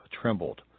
trembled